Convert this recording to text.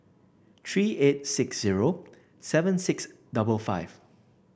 three eight six zero seven six double five